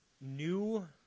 New